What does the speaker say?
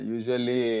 Usually